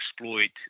exploit